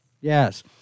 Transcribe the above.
Yes